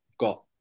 got